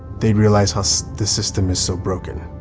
they'd realize how so the system is so broken.